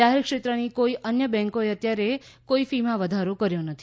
જાહેરક્ષેત્રની કોઇ અન્ય બેન્કોએ અત્યારે કોઇ ફીમાં વધારો કર્યો નથી